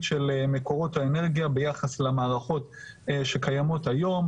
של מקורות האנרגיה ביחס למערכות שקיימות היום.